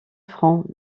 francs